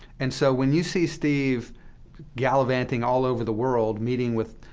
and so when you see steve gallivanting all over the world, meeting with,